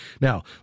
Now